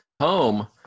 home